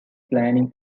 planning